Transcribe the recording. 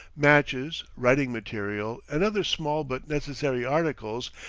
matches, writing material, and other small but necessary articles,